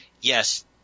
Yes